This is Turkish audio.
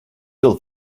yıl